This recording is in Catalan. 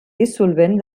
dissolvent